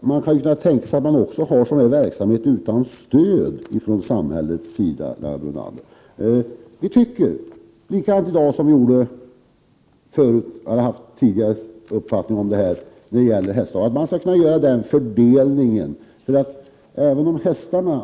man kan ju tänka sig att sådan verksamhet kan bedrivas också utan stöd från samhällets sida, Lennart Brunander. Jag tycker, i dag som tidigare, att man skall kunna göra en fördelning när det gäller hästaveln.